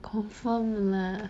confirm lah